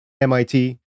mit